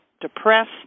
depressed